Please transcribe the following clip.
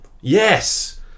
Yes